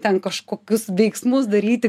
ten kažkokius veiksmus daryti